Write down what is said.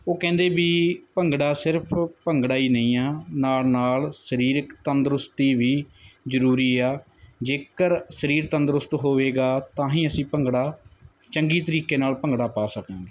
ਉਹ ਕਹਿੰਦੇ ਵੀ ਭੰਗੜਾ ਸਿਰਫ ਭੰਗੜਾ ਹੀ ਨਹੀਂ ਆ ਨਾਲ ਨਾਲ ਸਰੀਰਕ ਤੰਦਰੁਸਤੀ ਵੀ ਜ਼ਰੂਰੀ ਆ ਜੇਕਰ ਸਰੀਰ ਤੰਦਰੁਸਤ ਹੋਵੇਗਾ ਤਾਂ ਹੀ ਅਸੀਂ ਭੰਗੜਾ ਚੰਗੀ ਤਰੀਕੇ ਨਾਲ ਭੰਗੜਾ ਪਾ ਸਕਾਂਗੇ